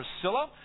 Priscilla